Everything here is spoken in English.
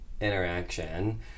Interaction